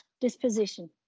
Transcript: disposition